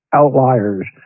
outliers